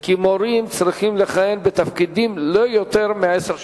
כי מורים צריכים לכהן בתפקידם לא יותר מעשר שנים,